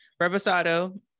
Reposado